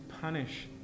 punish